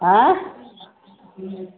आँय